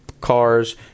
cars